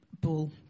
bull